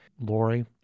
Lori